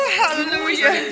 hallelujah